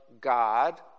God